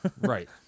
Right